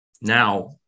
now